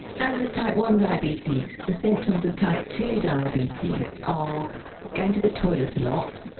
as with type one diabetes the symptoms of type two diabetes are going to the toilet a lot,